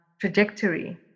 trajectory